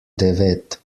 devet